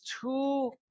two